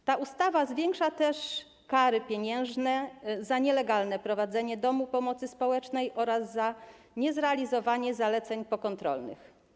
W tej ustawie zwiększono też kary pieniężne za nielegalne prowadzenie domu pomocy społecznej oraz za niezrealizowanie zaleceń pokontrolnych.